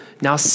now